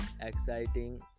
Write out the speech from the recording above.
exciting